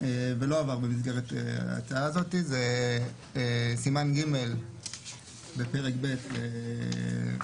ולא עבר במסגרת ההצעה הזאת, זה סימן ג בפרק ב בחוק